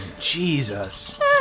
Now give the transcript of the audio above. Jesus